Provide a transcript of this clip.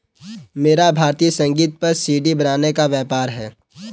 मेरा भारतीय संगीत पर सी.डी बनाने का व्यापार है